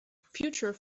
future